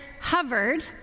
hovered